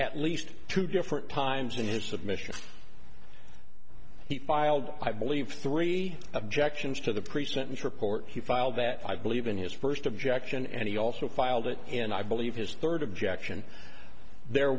at least two different times in his submissions he filed i believe three objections to the pre sentence report he filed that i believe in his first objection and he also filed it in i believe his third objection there